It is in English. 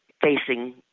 facing